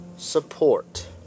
Support